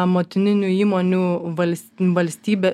motininių įmonių vals valstybė